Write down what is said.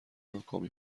ناکامی